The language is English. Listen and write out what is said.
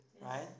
right